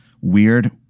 weird